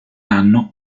anno